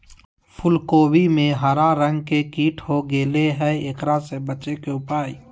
फूल कोबी में हरा रंग के कीट हो गेलै हैं, एकरा से बचे के उपाय?